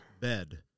bed